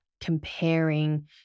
comparing